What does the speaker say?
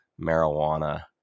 marijuana